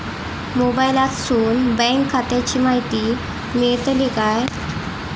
मोबाईलातसून बँक खात्याची माहिती मेळतली काय?